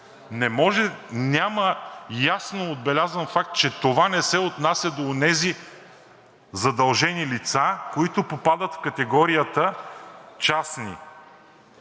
няма ясно отбелязан факт, че това не се отнася до онези задължени лица, които попадат в категорията частни